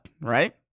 right